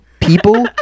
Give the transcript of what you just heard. people